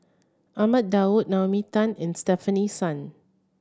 Ahmad Daud Naomi Tan and Stefanie Sun